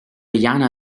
jana